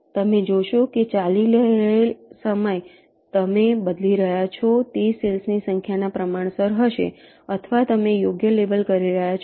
તમે જોશો કે ચાલી રહેલ સમય તમે બદલી રહ્યા છો તે સેલ્સ ની સંખ્યાના પ્રમાણસર હશે અથવા તમે યોગ્ય લેબલ કરી રહ્યા છો